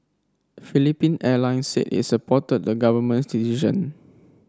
Philippine Airlines said it supported the government's decision